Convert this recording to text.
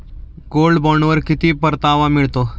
Gold बॉण्डवर किती परतावा मिळतो?